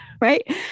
Right